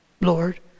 Lord